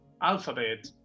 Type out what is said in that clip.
alphabet